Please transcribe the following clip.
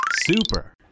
Super